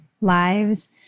lives